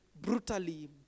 brutally